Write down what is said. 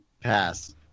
pass